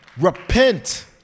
repent